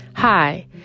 Hi